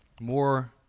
more